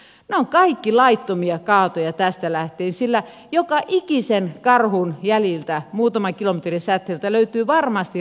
ne ovat kaikki laittomia kaatoja tästä lähtien sillä joka ikisen karhun jäljiltä muutaman kilometrin säteellä löytyy varmasti raato